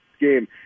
game